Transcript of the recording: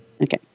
Okay